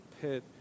pit